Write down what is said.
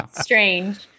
strange